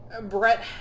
Brett